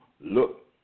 Look